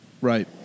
Right